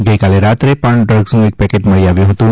ગઇકાલે રાત્રે પણ ડ્રગ્સનું એક પેકેટ મળી આવ્યું હતું